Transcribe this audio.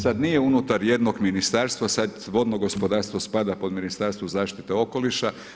Sada nije više unutar jednog ministarstva, sada vodno gospodarstvo spada pod Ministarstvo zaštite okoliša.